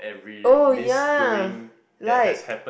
oh ya like